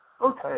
Okay